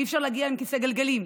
אי-אפשר להגיע לשם עם כיסא גלגלים.